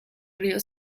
río